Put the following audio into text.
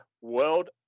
World